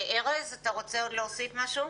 ארז אתה רוצה עוד להוסיף משהו?